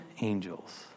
angels